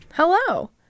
hello